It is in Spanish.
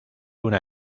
una